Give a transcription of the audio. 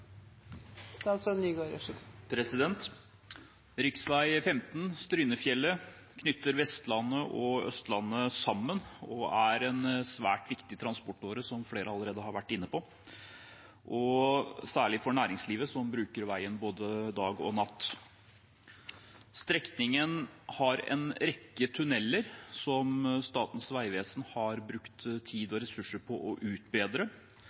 er det en svært viktig transportåre, særlig for næringslivet som bruker veien både dag og natt. Strekningen har en rekke tunneler som Statens vegvesen har brukt tid og ressurser på å utbedre